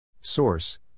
Source